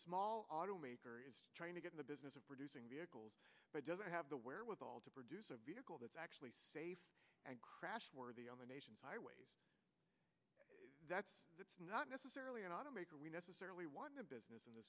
small automaker is trying to get in the business of producing vehicles but doesn't have the wherewithal to produce a vehicle that's actually safe and crashworthy on the nation's highways that's not necessarily an automaker we necessarily want a business and